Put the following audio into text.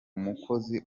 mukozi